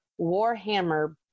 warhammer